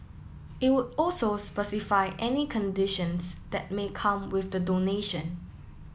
it would also specify any conditions that may come with the donation